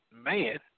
man